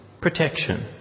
protection